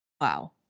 wow